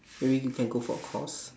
maybe we can go for a course